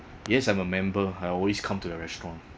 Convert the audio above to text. yes I'm a member I always come to your restaurant